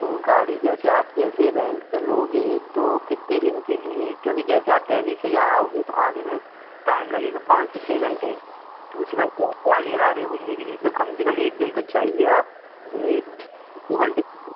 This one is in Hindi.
तो गाड़ी जैसे आप जैसे रेंट पर लोगे तो कितने दिन के लिए क्योंकि जैसे आप डेल्ही से यहाँ आओगे तो आने में टाइम लगेगा पाँच से छः घंटे दूसरी बात क्या है ग्वालियर आ रहे हो घूमने के लिए तो कम से कम एक दिन तो चाहिए आप एक दो घंटे